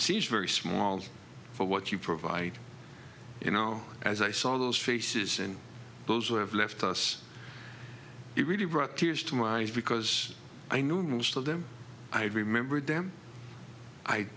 very very small for what you provide you know as i saw those faces and those who have left us it really brought tears to my eyes because i knew most of them i remembered them i